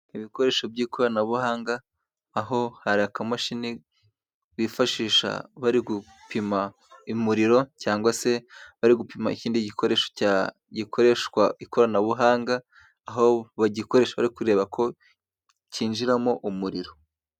Ibikoresho by'ikoranabuhanga aho hari akamashini bifashisha bari gupima umuriro cyangwa se bari gupima ikindi gikoresho cya gikoreshwa ikoranabuhanga aho bagikoresha bari kureba ko cyinjiramo umuriro.